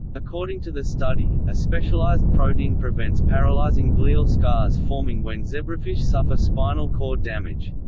according to the study, a specialised protein prevents paralysing glial scars forming when zebrafish suffer spinal cord damage.